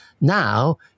Now